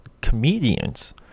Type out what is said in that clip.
comedians